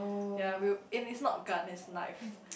ya we'll and it's not gun it's knife